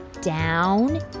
down